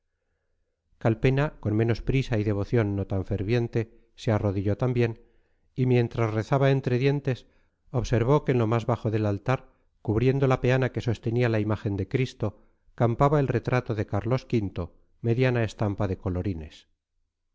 señoras calpena con menos prisa y devoción no tan ferviente se arrodilló también y mientras rezaba entre dientes observó que en lo más bajo del altar cubriendo la peana que sostenía la imagen de cristo campaba el retrato de carlos v mediana estampa de colorines